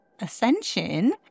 Ascension